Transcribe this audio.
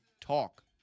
talk